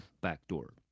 backdoor